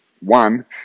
one